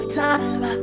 time